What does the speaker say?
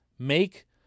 make